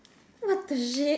what the shit